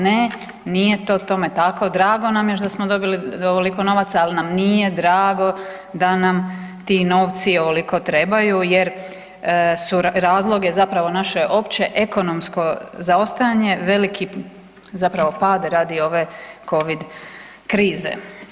Ne, nije to tome tako, drago nam je što smo dobili ovoliko novaca, ali nam nije drago da nam ti novci ovoliko trebaju jer su, razlog je zapravo naše opće ekonomsko zaostajanje, veliki zapravo pad radi ove Covid krize.